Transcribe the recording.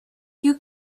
you